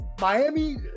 Miami